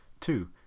Two